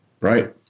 Right